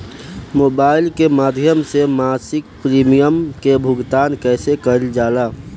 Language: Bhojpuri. मोबाइल के माध्यम से मासिक प्रीमियम के भुगतान कैसे कइल जाला?